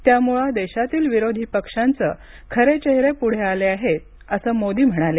त्यामुळं देशातील विरोधी पक्षांचे खरे चेहरे पुढे आले आहेत असं मोदी म्हणाले